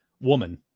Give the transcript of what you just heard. woman